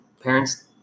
parents